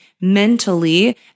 mentally